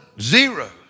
zero